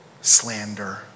slander